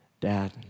dad